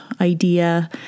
idea